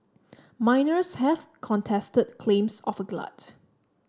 miners have contested claims of a glut